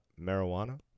Marijuana